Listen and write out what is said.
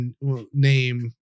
name